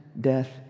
death